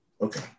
Okay